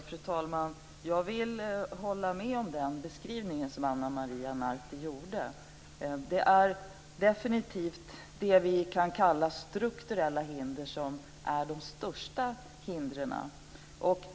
Fru talman! Jag vill hålla med om den beskrivning som Ana Maria Narti gjorde. Det är definitivt det vi kan kalla strukturella hinder som är de största hindren.